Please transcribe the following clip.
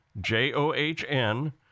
J-O-H-N